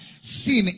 sin